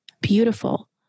beautiful